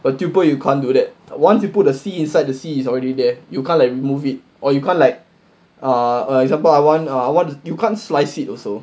but tuple you can't do that once you put the C inside the C it's already there you can't like remove it or you can't like uh like example I want ah you can't slice it also